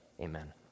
Amen